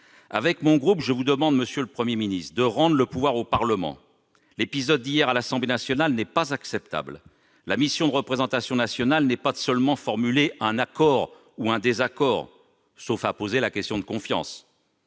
et moi-même vous demandons, monsieur le Premier ministre, de rendre le pouvoir au Parlement. L'épisode d'hier à l'Assemblée nationale n'est pas acceptable. La mission de la représentation nationale n'est pas seulement de formuler un accord ou un désaccord avec le Gouvernement, sauf à poser la question de confiance.